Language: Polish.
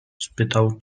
spytał